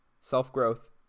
self-growth